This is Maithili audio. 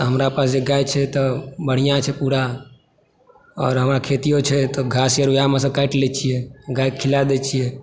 हमरा पास जे एक गाय छै तऽ बढ़िऑं छै पुरा और हमरा खेतियो छै तऽ घास आर वहमी सँ काटि लै छियै गायके खिला दै छियै